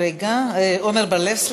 עמר בר-לב.